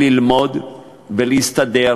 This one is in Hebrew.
ללמוד ולהסתדר,